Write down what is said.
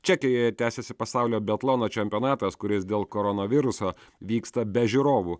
čekijoje tęsiasi pasaulio biatlono čempionatas kuris dėl koronaviruso vyksta be žiūrovų